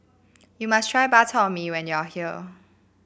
you must try Bak Chor Mee when you are here